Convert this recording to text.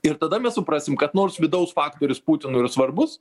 ir tada mes suprasim kad nors vidaus faktorius putinui yra svarbus